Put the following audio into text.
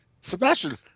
Sebastian